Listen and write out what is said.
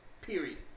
period